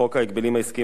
חוק ההגבלים העסקיים,